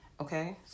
Okay